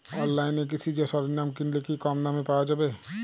অনলাইনে কৃষিজ সরজ্ঞাম কিনলে কি কমদামে পাওয়া যাবে?